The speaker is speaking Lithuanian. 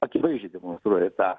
akivaizdžiai demonstruoja tą